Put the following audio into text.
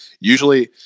usually